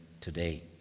today